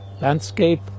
landscape